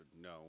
no